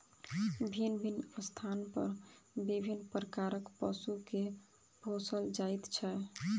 भिन्न भिन्न स्थान पर विभिन्न प्रकारक पशु के पोसल जाइत छै